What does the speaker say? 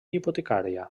hipotecària